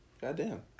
Goddamn